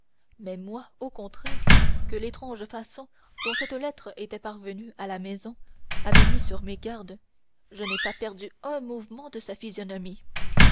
mais moi au contraire que l'étrange façon dont cette lettre était parvenue à la maison avait mis sur mes gardes je n'ai pas perdu un mouvement de sa physionomie